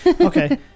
Okay